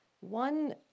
One